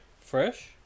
Fresh